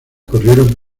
corrieron